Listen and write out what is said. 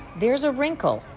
there is a wrinkle,